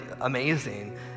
amazing